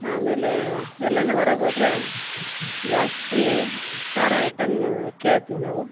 ಆಮೇಲೆ ಎಲ್ಲಾನು ಹೊರಗೋದ್ರೆ ಜಾಸ್ತಿ ಖಾರ ಐಟಮೂ ಕೇಳ್ತೀವಿ ನಾವು